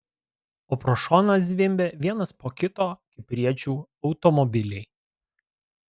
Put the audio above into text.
o pro šoną zvimbia vienas po kito kipriečių automobiliai